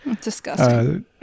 Disgusting